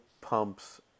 pumps